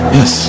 Yes